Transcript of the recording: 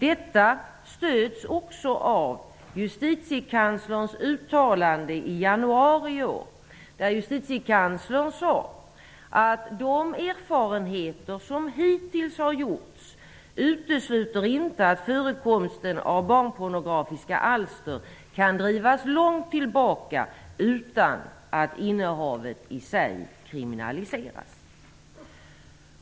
Detta stöds också av justitiekanslerns uttalande i januari i år, där justitiekanslern sade: De erfarenheter som hittills har gjorts utesluter inte att förekomsten av barnpornografiska alster kan drivas långt tillbaka utan att innehavet i sig kriminaliseras.